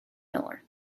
miller